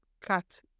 cut